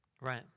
Right